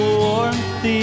warmth